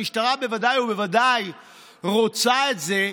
המשטרה בוודאי ובוודאי רוצה את זה,